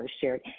shared